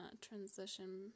transition